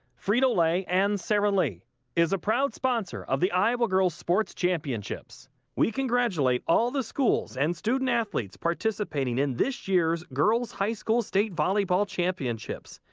frito-lay and sara lee is a proud sponsor of the iowa girls sports championships we congratulate all of the schools and student athletes participating in this year's girls high school state volleyball championships.